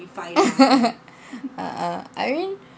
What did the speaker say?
uh uh I mean